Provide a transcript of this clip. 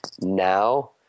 now